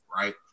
right